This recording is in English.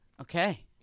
Okay